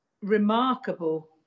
remarkable